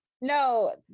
No